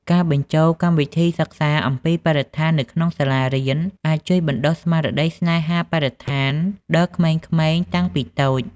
ការបញ្ចូលកម្មវិធីសិក្សាអំពីបរិស្ថាននៅក្នុងសាលារៀន អាចជួយបណ្តុះស្មារតីស្នេហាបរិស្ថានដល់ក្មេងៗតាំងពីតូច។